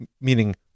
meaning